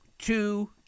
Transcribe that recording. Two